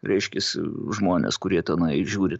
reiškiasi žmonės kurie tenai žiūri